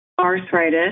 arthritis